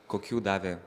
kokių davė